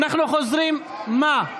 אנחנו חוזרים, מה?